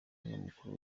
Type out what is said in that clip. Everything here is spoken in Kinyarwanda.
n’umukuru